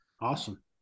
Awesome